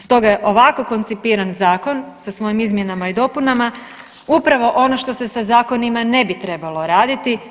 Stoga je ovako koncipiran zakon, sa svojim izmjenama i dopunama, upravo ono što se sa zakonima ne bi trebalo raditi.